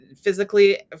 physically